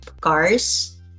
cars